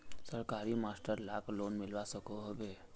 सरकारी मास्टर लाक लोन मिलवा सकोहो होबे?